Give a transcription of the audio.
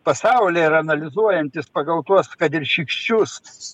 pasaulyje ir analizuojantys pagal tuos kad ir šykščius